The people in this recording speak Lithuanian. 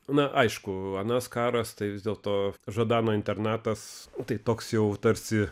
na aišku anas karas tai vis dėlto žadano internatas tai toks jau tarsi